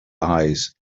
eyes